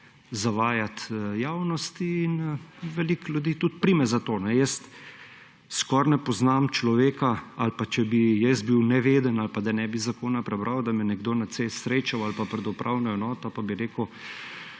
zavajati javnost in veliko ljudi tudi prime za to. Skoraj ne poznam človeka – ali če bi jaz bil neveden ali pa da ne bi zakona prebral, da bi me nekdo na cesti srečal ali pa pred upravno enota pa bi rekel,